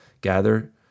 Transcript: gather